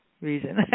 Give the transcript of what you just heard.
reason